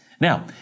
Now